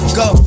go